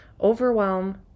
Overwhelm